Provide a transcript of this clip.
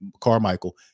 Carmichael